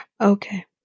okay